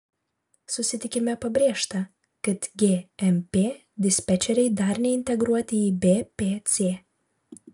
susitikime pabrėžta kad gmp dispečeriai dar neintegruoti į bpc